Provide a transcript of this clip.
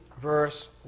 verse